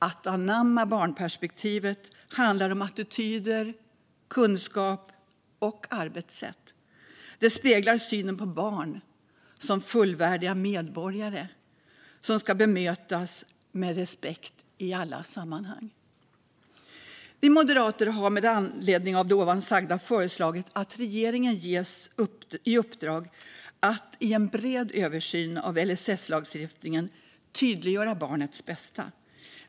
Att anamma barnperspektivet handlar om attityder, kunskap och arbetssätt. Det speglar synen på barn som fullvärdiga medborgare som ska bemötas med respekt i alla sammanhang. Vi moderater har med anledning av det nyss sagda föreslagit att regeringen ges i uppdrag att i en bred översyn av LSS-lagstiftningen tydliggöra barnets bästa.